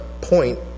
point